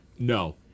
No